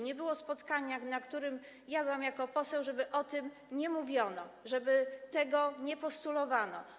Nie było spotkania, na którym ja byłam jako poseł, żeby o tym nie mówiono, żeby tego nie postulowano.